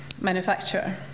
manufacturer